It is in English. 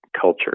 culture